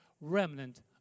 remnant